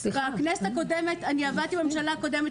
בכנסת הקודמת אני עבדתי בממשלה הקודמת